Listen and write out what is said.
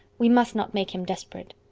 we must not make him desperate.